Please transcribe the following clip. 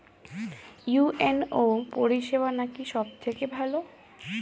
UNO পরিসেবা নাকি সব থেকে ভালো?